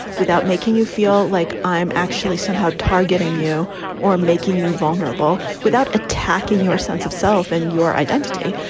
without making you feel like i'm actually somehow targeting you or making you vulnerable without attacking your sense of self and your identity?